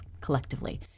collectively